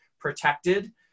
protected